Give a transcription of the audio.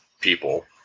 people